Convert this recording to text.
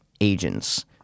agents